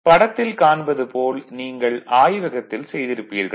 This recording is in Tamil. படத்தில் காண்பது போல் நீங்கள் ஆய்வகத்தில் செய்திருப்பீர்கள்